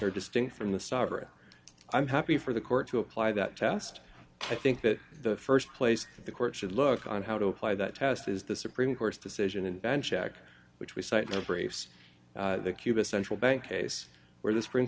are distinct from the sabra i'm happy for the court to apply that test i think that the st place the court should look on how to apply that test is the supreme court's decision and bench act which we cite briefs the cuba central bank case where the supreme